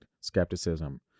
skepticism